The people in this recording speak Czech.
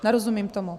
Nerozumím tomu.